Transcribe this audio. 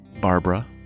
Barbara